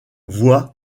voix